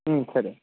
ம் சரி